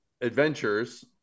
Adventures